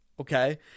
Okay